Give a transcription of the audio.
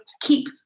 keep